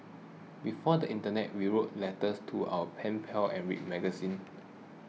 before the internet we wrote letters to our pen pals and read magazines